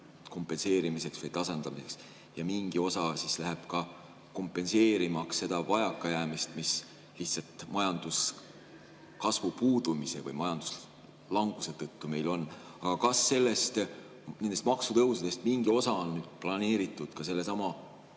kompenseerimiseks või tasandamiseks. Ja mingi osa läheb ka kompenseerimaks seda vajakajäämist, mis lihtsalt majanduskasvu puudumise või majanduslanguse tõttu meil on. Aga kas nendest maksutõusudest mingi osa on planeeritud ka sellesama